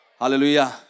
Hallelujah